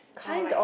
or like